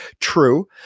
True